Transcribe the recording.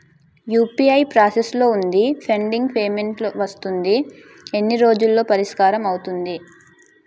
UPI process లో వుంది pending payment వస్తుంది ఎన్ని రోజుల్లో పరిష్కారం అవుతుంది